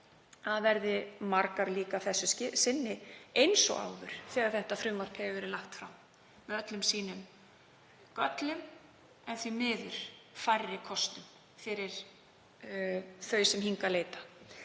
að verði margar líka að þessu sinni, eins og áður þegar þetta frumvarp hefur verið lagt fram með öllum sínum göllum en því miður færri kostum fyrir þau sem hingað leita.